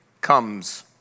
comes